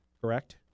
Correct